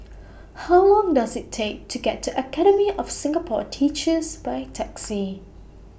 How Long Does IT Take to get to Academy of Singapore Teachers By Taxi